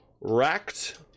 racked